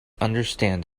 understand